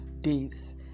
days